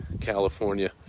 california